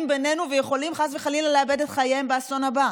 בינינו ויכולים חס וחלילה לאבד את חייהם באסון הבא.